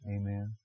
Amen